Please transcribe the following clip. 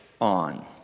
on